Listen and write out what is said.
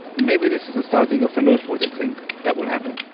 maybe this is a starting of a new important thing that will happen.